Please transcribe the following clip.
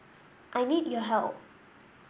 I need your help